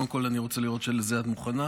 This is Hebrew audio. קודם כול אני רוצה לראות שלזה את מוכנה.